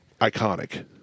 iconic